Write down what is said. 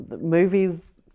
movies